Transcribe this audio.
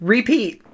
Repeat